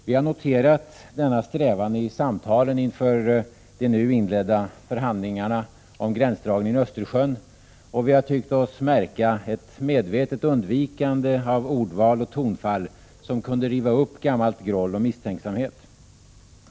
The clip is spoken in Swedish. Vi har noterat denna strävan i samtalen inför de nu inledda förhandlingarna om gränsdragningen i Östersjön, och vi har tyckt oss märka ett medvetet undvikande av ordval och tonfall som kunde riva upp gammalt groll och misstänksamhet.